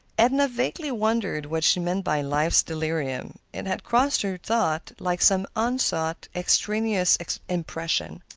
edna vaguely wondered what she meant by life's delirium. it had crossed her thought like some unsought, extraneous impression.